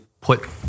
put